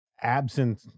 absent